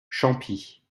champis